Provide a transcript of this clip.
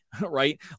right